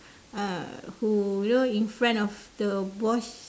ah who you know in front of the boss